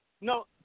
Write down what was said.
No